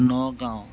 Nagaon